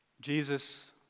Jesus